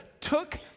Took